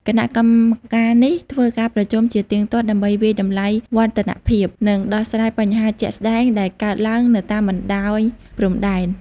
គណៈកម្មការនេះធ្វើការប្រជុំជាទៀងទាត់ដើម្បីវាយតម្លៃវឌ្ឍនភាព និងដោះស្រាយបញ្ហាជាក់ស្តែងដែលកើតឡើងនៅតាមបណ្តោយព្រំដែន។